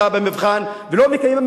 לא עמדה במבחן ולא מקיימת,